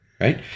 right